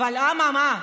אממה,